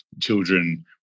children